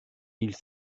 ils